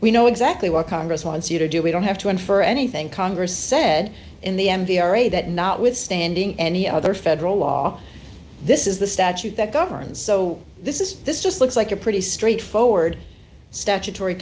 we know exactly what congress wants you to do we don't have to infer anything congress said in the m d r a that notwithstanding any other federal law this is the statute that governs so this is this just looks like a pretty straight forward statutory